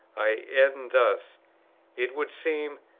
i end thus it would seem,